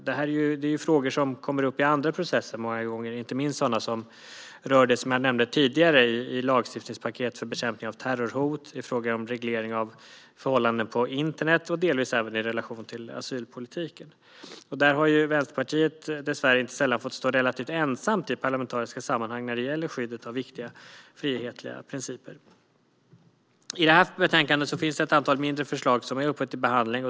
Dessa är frågor som kommer upp i andra processer, inte minst sådana som rör det jag nämnde tidigare, i lagstiftningspaket för bekämpning av terrorhot, i frågor om reglering av förhållanden på internet och delvis även i relation till asylpolitiken. Dessvärre har Vänsterpartiet inte sällan fått stå relativt ensamt i parlamentariska sammanhang när det gäller skyddet av viktiga frihetliga principer. I betänkandet finns ett antal mindre förslag som är uppe till behandling.